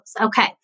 Okay